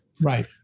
Right